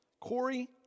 Corey